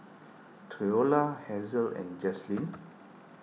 theola Hasel and Jazlynn